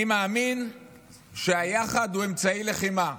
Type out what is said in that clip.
אני מאמין שהיחד הוא אמצעי לחימה.